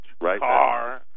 Right